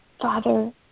Father